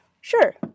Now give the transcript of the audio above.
sure